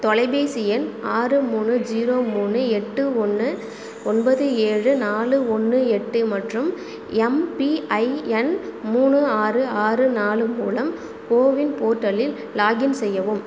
தொலைபேசி எண் ஆறு மூணு ஸீரோ மூணு எட்டு ஒன்று ஒன்பது ஏழு நாலு ஒன்று எட்டு மற்றும் எம்பிஐஎன் மூணு ஆறு ஆறு நாலு மூலம் கோவின் போர்ட்டலில் லாக்இன் செய்யவும்